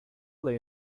lay